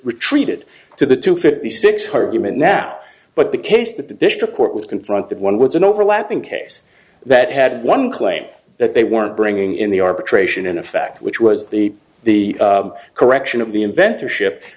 retreated to the two fifty six hundred women now but the case that the district court was confronted one was an overlapping case that had one claim that they weren't bringing in the arbitration in effect which was the the correction of the inventor shi